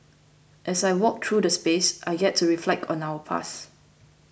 as I walk through the space I get to reflect on our past